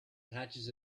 patches